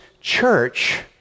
church